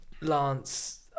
Lance